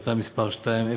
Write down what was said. החלטה מס' 2017,